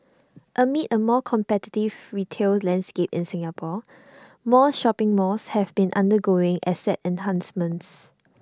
amid A more competitive retail landscape in Singapore more shopping malls have been undergoing asset enhancements